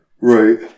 Right